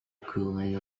cooling